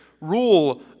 rule